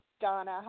Donna